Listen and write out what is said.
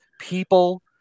people